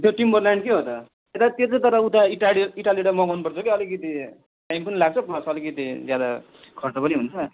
त्यो टिम्बरल्यान्डकै हो त तर त्यो चाहिँ तर उता इटार इटलीबाट मगाउनुपर्छ कि अलिकति टाइम पनि लाग्छ प्लस अलिकति ज्यादा खर्च पनि हुन्छ